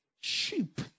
sheep